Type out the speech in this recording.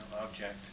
object